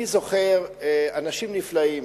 אני זוכר אנשים נפלאים